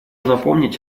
напомнить